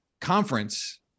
conference